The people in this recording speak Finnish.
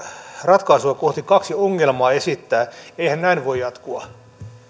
ratkaisua kohti kaksi ongelmaa esittää eihän näin voi jatkua